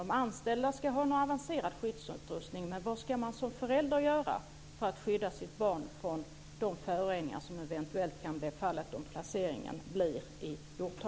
De anställda ska ha en avancerad skyddsutrustning, men vad ska man som förälder göra för att skydda sitt barn från de föroreningar som eventuellt kan bli fallet om placeringen blir i Hjorthagen?